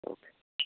okay